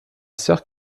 sœur